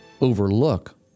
overlook